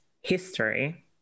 history